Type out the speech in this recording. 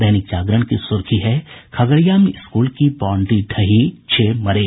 दैनिक जागरण की सुर्खी है खगड़िया में स्कूल की बाउंड्री ढही छह मरे